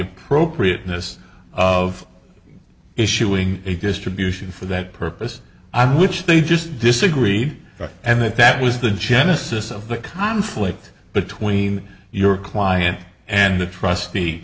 appropriateness of issuing a distribution for that purpose i which they just disagreed and that that was the genesis of the conflict between your client and the trustee